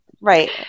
Right